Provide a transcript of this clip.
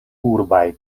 urbaj